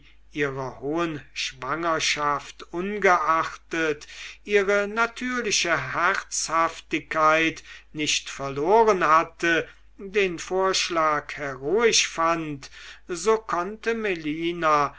ihrer hohen schwangerschaft ungeachtet ihre natürliche herzhaftigkeit nicht verloren hatte den vorschlag heroisch fand so konnte melina